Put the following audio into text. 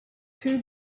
too